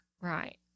Right